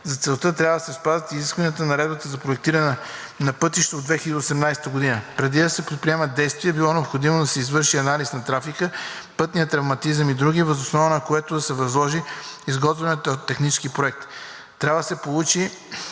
За целта трябва да се спазят изискванията на Наредбата за проектиране на пътища от 2018 г. Преди да се предприемат действия е било необходимо да се извърши анализ на трафика, пътния травматизъм и други, въз основа на което да се възложи изготвянето на технически проект. Трябва да се проучи